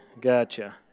Gotcha